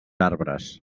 arbres